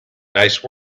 nice